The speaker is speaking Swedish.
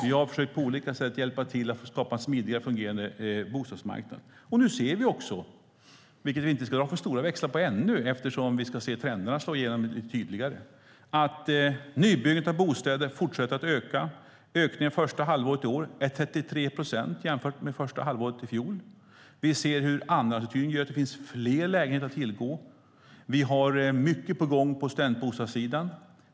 Vi har på olika sätt försökt hjälpa till att skapa smidiga och fungerande bostadsmarknader. Och nu ser vi att byggandet av nya bostäder fortsätter att öka, vilket vi inte ska dra för stora växlar på ännu, eftersom vi ska se trenderna slå igenom tydligare. Ökningen första halvåret i år är 33 procent jämfört med första halvåret i fjol. Vi ser hur andrahandsuthyrningen gör att det finns fler lägenheter att tillgå. Vi har mycket på gång på studentbostadssidan.